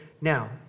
now